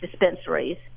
dispensaries